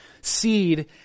seed